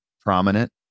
prominent